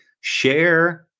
share